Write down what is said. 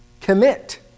Commit